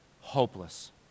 hopeless